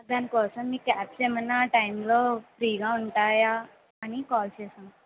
దానికోసం మీ క్యాబ్స్ ఏమైనా ఆ టైమ్లో ఫ్రీగా ఉంటాయా అని కాల్ చేసాను